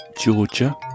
Georgia